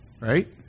right